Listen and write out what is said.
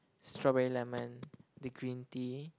strawberry lemon the green tea